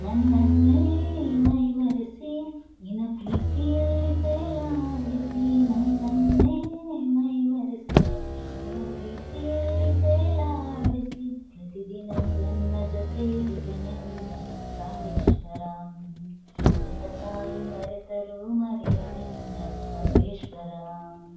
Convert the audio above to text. ನನ್ನನ್ನೇ ಮೈಮರೆಸಿ ನಿನ್ನ ಪ್ರೀತಿಯಲ್ಲಿ ತೇಲಾಡಿಸಿ ನನ್ನನ್ನೇ ಮೈಮರೆಸಿ ನಿನ್ನ ಪ್ರೀತಿಯಲ್ಲಿ ತೇಲಾಡಿಸಿ ಪ್ರತಿದಿನವು ನನ್ನ ಜೊತೆ ಇರುವೆನೆಂದ ಪ್ರಾಣೇಶ್ವರ ಹೆತ್ತ ತಾಯಿ ಮರೆತರೂ ಮರೆಯೆನೆಂದ ಸರ್ವೇಶ್ವರ